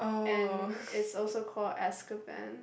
and it's also called Azkaban